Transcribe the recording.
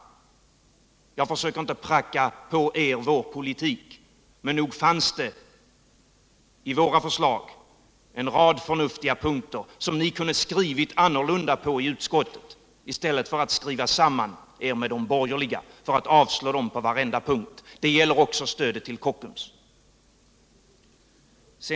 Jag försöker inte pracka på er vår politik, men nog fanns det i våra förslag en rad förnuftiga punkter som ni kunde ha skrivit annorlunda om i utskottet i stället för att skriva samman er med de borgerliga för att avstyrka kraven på varje punkt — även stödet till Kockums.